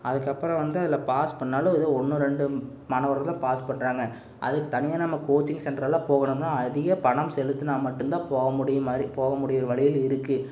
அதுக்கப்புறம் வந்து அதில் பாஸ் பண்ணாலும் ஏதோ ஒன்று ரெண்டு மாணவர்கள்தான் பாஸ் பண்ணுறாங்க அது தனியாக நம்ம கோச்சிங் சென்ட்டரயெல்லாம் போகணும்னா அதிகப் பணம் செலுத்தினா மட்டுந்தான் போக முடியும் மாதிரி போகமுடிகிற வழியில இருக்குது